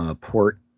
port